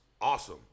awesome